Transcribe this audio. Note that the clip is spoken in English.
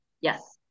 Yes